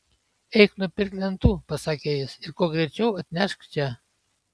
eik nupirk lentų pasakė jis ir kuo greičiau atnešk čia